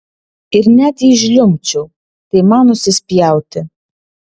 ir net jei žliumbčiau tai man nusispjauti